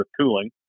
cooling